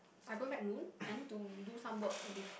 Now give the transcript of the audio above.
I going back noon I need to do some work bef~